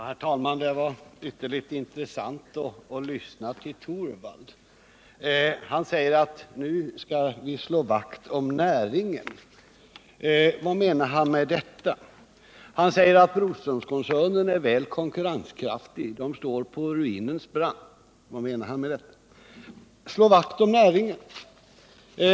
Herr talman! Det var ytterligt intressant att lyssna till Rune Torwald. Han sade att nu skall vi slå vakt om näringen. Vad menar han med det? Han sade att Broströmkoncernen är konkurrenskraftig — den står på ruinens brant. Vad menar han med det?